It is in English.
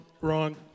wrong